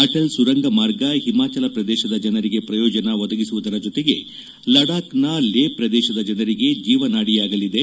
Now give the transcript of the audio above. ಅಟಲ್ ಸುರಂಗ ಮಾರ್ಗ ಹಿಮಾಚಲ ಪ್ರದೇಶದ ಜನರಿಗೆ ಪ್ರಯೋಜನ ಒದಗಿಸುವ ಜೊತೆಗೆ ಲಡಾಕ್ನ ಲೇ ಪ್ರದೇಶದ ಜನರಿಗೆ ಜೀವನಾಡಿಯಾಗಲಿದೆ